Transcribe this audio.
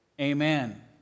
Amen